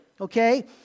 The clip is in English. okay